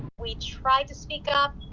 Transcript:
we tried to speak up,